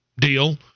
deal